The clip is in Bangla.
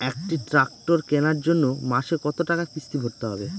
একটি ট্র্যাক্টর কেনার জন্য মাসে কত টাকা কিস্তি ভরতে হবে?